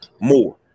more